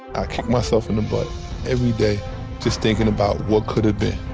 i kick myself in the butt every day just thinking about what could have been.